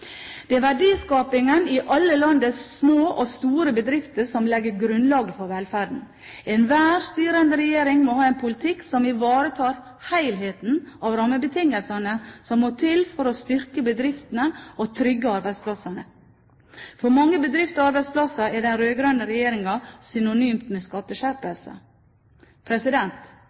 Det er verdiskapingen i alle landets små og store bedrifter som legger grunnlaget for velferden. Enhver styrende regjering må ha en politikk som ivaretar helheten av rammebetingelsene som må til for å styrke bedriftene og trygge arbeidsplassene. For mange bedriftsarbeidsplasser er den rød-grønne regjeringen synonymt med skatteskjerpelse.